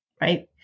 Right